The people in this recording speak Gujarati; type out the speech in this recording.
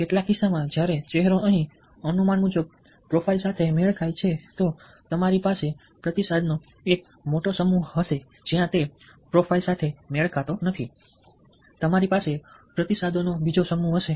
કેટલાક કિસ્સામાં જ્યારે ચહેરો અહીં અનુમાન મુજબ પ્રોફાઇલ સાથે મેળ ખાય છે તો તમારી પાસે પ્રતિસાદોનો એક સમૂહ હશે જ્યાં તે પ્રોફાઇલ સાથે મેળ ખાતો નથી તમારી પાસે પ્રતિસાદોનો બીજો સમૂહ હશે